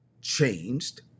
changed